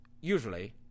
usually